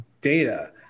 data